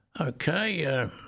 Okay